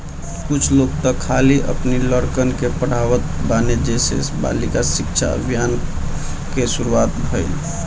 कुछ लोग तअ खाली अपनी लड़कन के पढ़ावत बाने जेसे बालिका शिक्षा अभियान कअ शुरुआत भईल